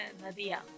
Nadia